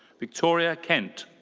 victoria kent.